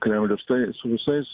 kremlius tai su visais